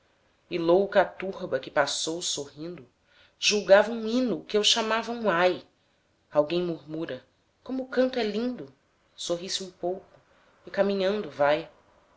e louca a turba que passou sorrindo julgava um hino o que eu chamava um ai alguém murmura como o canto é lindo sorri se um pouco e caminhando vai